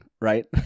right